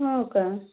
हो का